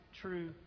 true